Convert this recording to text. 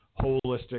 holistic